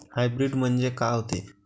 Hybrid म्हनजे का होते?